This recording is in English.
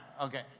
Okay